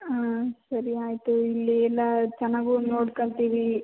ಹಾಂ ಸರಿ ಆಯಿತು ಇಲ್ಲಿ ಎಲ್ಲ ಚೆನ್ನಾಗೂ ನೋಡ್ಕೊಂತೀವಿ